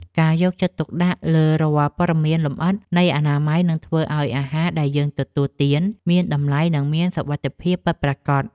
ការយកចិត្តទុកដាក់លើរាល់ព័ត៌មានលម្អិតនៃអនាម័យនឹងធ្វើឱ្យអាហារដែលយើងទទួលទានមានតម្លៃនិងមានសុវត្ថិភាពពិតប្រាកដ។